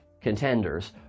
contenders